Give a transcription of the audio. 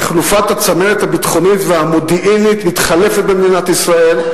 של תחלופת הצמרת הביטחונית והמודיעינית במדינת ישראל,